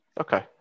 Okay